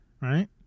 right